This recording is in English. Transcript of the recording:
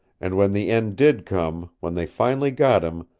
and when the end did come, when they finally got him,